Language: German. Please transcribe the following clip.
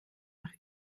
nach